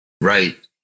right